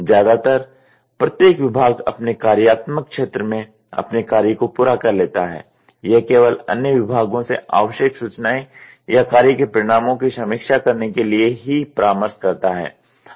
ज्यादातर प्रत्येक विभाग अपने कार्यात्मक क्षेत्र में अपने कार्य को पूरा कर लेता है यह केवल अन्य विभागों से आवश्यक सूचनाएं या कार्य के परिणामों की समीक्षा करने के लिए ही परामर्श करता है